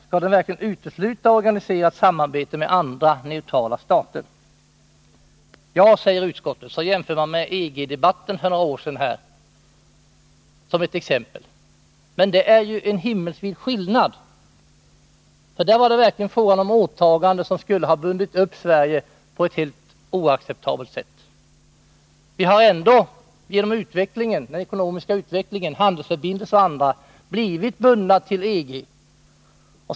Skall den verkligen utesluta organiserat samarbete med andra neutrala stater? Ja, säger utskottet, och så gör man en jämförelse med EG-debatten för några år sedan. Det är ju en himmelsvid skillnad. Där var det verkligen fråga om åtaganden som skulle ha bundit upp Sverige på ett helt oacceptabelt sätt. Vi har ändå på grund av den ekonomiska utvecklingen och våra handelsförbindelser blivit bundna till EG.